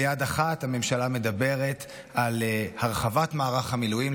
ביד אחת הממשלה מדברת על הרחבת מערך המילואים.